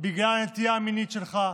בגלל הנטייה המינית שלך,